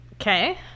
Okay